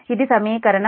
ఇది సమీకరణం